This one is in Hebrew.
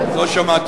לא שמעתי.